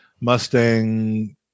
Mustang